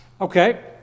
Okay